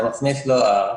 אתה מוסיף לו R,